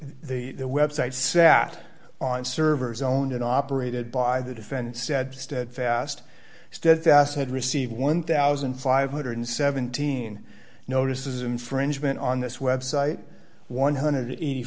trademarks the website sat on servers own and operated by the defense said steadfast steadfast had received one thousand five hundred and seventeen notices infringement on this website one hundred and eighty